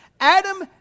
Adam